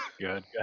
Good